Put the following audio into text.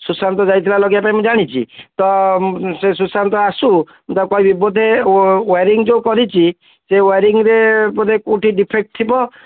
ସୁଶାନ୍ତ ଯାଇଥିଲା ଲଗାଇବା ପାଇଁ ମୁଁ ଜାଣିଛି ତ ସେ ସୁଶାନ୍ତ ଆସୁ ମୁଁ ତାକୁ କହିବି ବୋଧେ ୱାରିଙ୍ଗ୍ ଯେଉଁ କରିଛି ସେ ୱାରିଙ୍ଗ୍ରେ ବୋଧେ କେଉଁଠି ଡିଫେକ୍ଟ ଥିବ